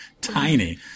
tiny